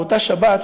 באותה שבת,